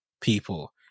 people